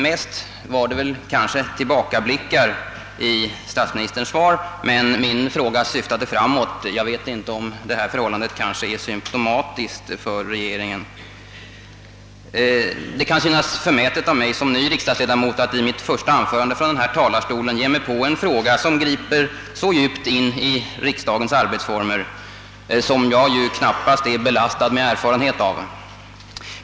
Mest var det kanske tillbakablickar i statsministerns svar, men min fråga syftade framåt. Jag vet inte om detta förhållande är symtomatiskt för regeringen. Det kan synas förmätet av mig som ny riksdagsledamot att i mitt första anförande från denna talarstol ge mig på en fråga som griper så djupt in i riksdagens arbetsformer, vilka jag ju knappast är belastad med erfarenhet av.